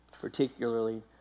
particularly